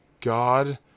God